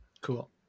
Cool